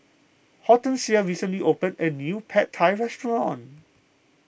Hortensia recently opened a new Pad Thai restaurant